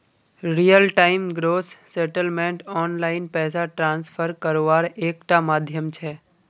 real time gross settlement online पैसा transfer कारवार एक टा माध्यम छे